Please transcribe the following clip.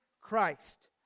Christ